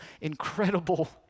incredible